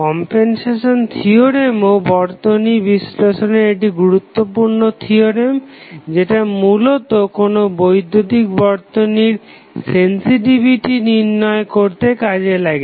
compensation থিওরেমও বর্তনী বিশ্লেষণের একটি গুরুত্বপূর্ণ থিওরেম যেটা মূলত কোনো বৈদ্যুতিক বর্তনীর সেন্সসিটিভিটি নির্ণয় করতে কাজে লাগে